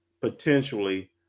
potentially